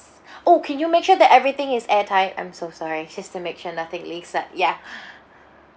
oh can you make sure that everything is airtight I'm so sorry it's just to make sure nothing leaks up ya